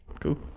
Cool